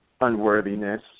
unworthiness